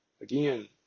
Again